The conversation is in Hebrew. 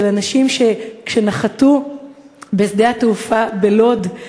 של אנשים שכשהם נחתו בשדה-התעופה בלוד הם